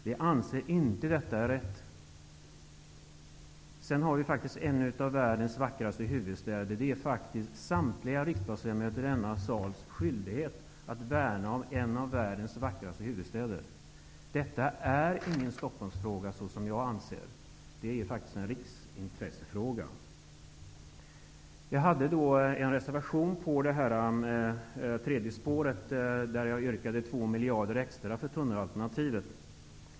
Vi anser inte att det är rätt att göra så. Dessutom är Sveriges huvudstad en av de vackraste i världen. Det är faktiskt en skyldighet för samtliga ledamöter i denna kammare att värna om en av världens vackraste huvudstäder. Detta är ingen Stockholmsfråga, anser jag, utan det är en riksintressefråga. Jag har framställt en reservation om det tredje spåret genom Stockholm. I reservationen har jag ett yrkande om 2 miljarder extra för tunnelalternativet.